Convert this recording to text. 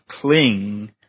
cling